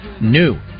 New